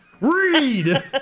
Read